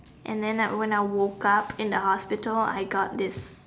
and then I when I woke up in the hospital I got this